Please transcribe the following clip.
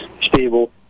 stable